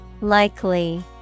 Likely